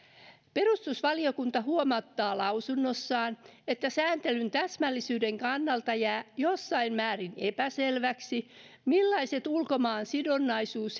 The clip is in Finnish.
perustuslakivaliokunta huomauttaa lausunnossaan että sääntelyn täsmällisyyden kannalta jää jossain määrin epäselväksi millaiset ulkomaansidonnaisuudet